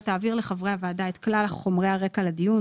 תעביר לחברי הוועדה את כלל חומרי הרקע לדיון,